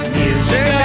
music